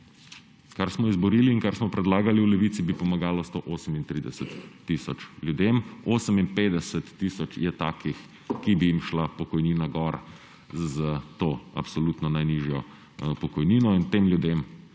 Kar smo izborili in kar smo predlagali v Levici, bi pomagalo 138 tisoč ljudem; 58 tisoč je takih, ki bi jim šla pokojnina gor s to absolutno najnižjo pokojnino, in tem ljudem